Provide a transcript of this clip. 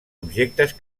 objectes